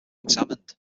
examined